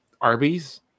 Arby's